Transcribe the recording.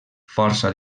força